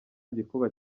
gikuba